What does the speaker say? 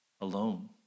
Alone